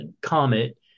comet